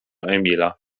emila